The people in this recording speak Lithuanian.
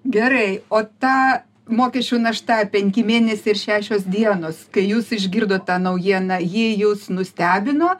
gerai o ta mokesčių našta penki mėnesiai ir šešios dienos kai jūs išgirdot tą naujieną ji jus nustebino